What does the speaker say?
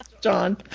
John